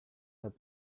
had